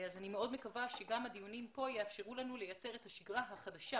אני מאוד מקווה שגם הדיונים כאן יאפשרו לנו לייצר את השגרה החדשה